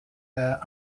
der